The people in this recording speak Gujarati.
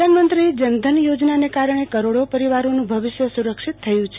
પ્રધાનમંત્રી જનધન યોજનાના કારણે કરોડો પરિવારોનું ભવિષ્ય સુરક્ષિત થયું છે